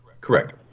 Correct